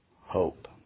hope